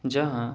جہاں